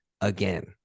again